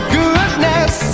goodness